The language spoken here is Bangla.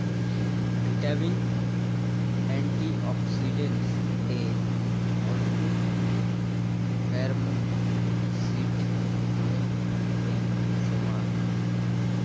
ভিটামিন, এন্টিঅক্সিডেন্টস এ ভরপুর ক্যারম সিড মানে হই জোয়ান